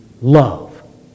love